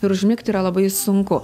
ir užmigti yra labai sunku